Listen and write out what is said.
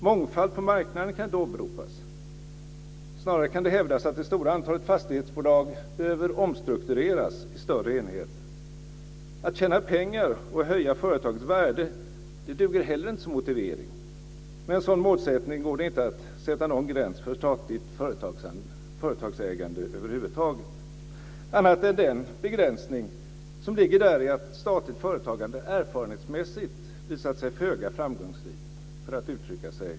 Mångfald på marknaden kan inte åberopas. Snarare kan det hävdas att det stora antalet fastighetsbolag behöver omstruktureras i större enheter. Att tjäna pengar och höja företagets värde duger heller inte som motivering. Med en sådan målsättning går det inte att sätta någon gräns för statligt företagsägande över huvud taget, annat än den begränsning som ligger i att statligt företagande erfarenhetsmässigt visat sig föga framgångsrikt, milt uttryckt.